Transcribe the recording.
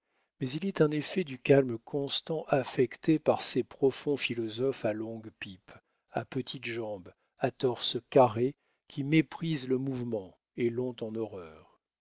mais il est un effet du calme constant affecté par ces profonds philosophes à longue pipe à petites jambes à torses carrés qui méprisent le mouvement et l'ont en horreur